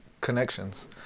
connections